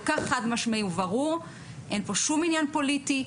כך חד-משמעי וברור אין פה שום עניין פוליטי,